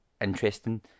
interesting